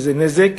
וזה נזק